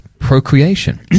procreation